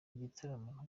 igitaramo